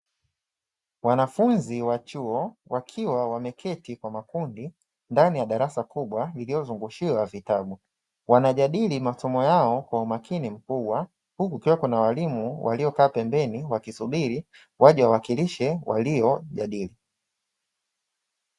Wanafuzi wa chuo wakiwa wameketi kwa makundi ndani ya darasa kubwa lililozungushiwa vitabu wanajadili masomo yao kwa umakini mkubwa uku kukiwa na walimu waliokaa pembeni wakisubili waje wawakilishe yale waliojadili.